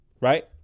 right